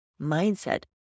mindset